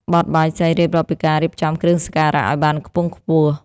បទបាយសី រៀបរាប់ពីការរៀបចំគ្រឿងសក្ការៈឱ្យបានខ្ពង់ខ្ពស់។